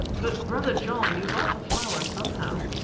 but, brother john, you got the flower somehow.